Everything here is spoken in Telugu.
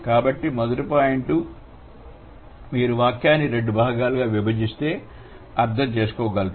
కాబట్టి మొదటి పాయింట్ మీరు వాక్యాన్ని రెండు భాగాలుగా విభజిస్తే అర్థం చేసుకోగలరు